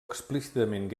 explícitament